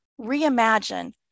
reimagine